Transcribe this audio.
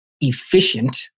efficient